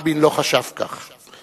רבין לא חשב כך.